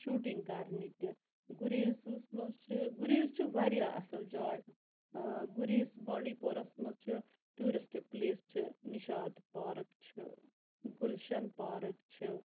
shooting کَرنہِ تہِ گُریزَس مَنٛز چھ گُریز چھ واریاہ اصل جاے گُریز بانڈی پورَس مَنٛز چھ ٹوٗرِسٹہٕ پلیس چھِ نِشاط پارک چھِ گُلشَن پارک چھِ